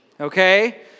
okay